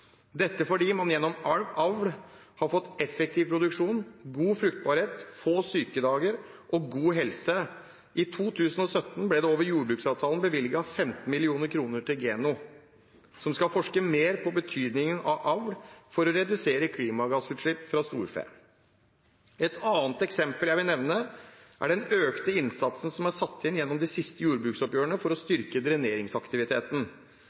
dette fordi man gjennom avl har fått effektiv produksjon, god fruktbarhet, få sykedager og god helse. I 2017 ble det over jordbruksavtalen bevilget 15 mill. kr til Geno, som skal forske mer på betydningen av avl for å redusere klimagassutslipp fra storfe. Et annet eksempel jeg vil nevne, er den økte innsatsen som er satt inn gjennom de siste jordbruksoppgjørene for å